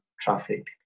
traffic